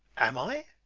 am i?